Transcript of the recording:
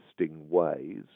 ways